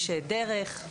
יש דרך,